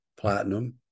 platinum